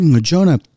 Jonah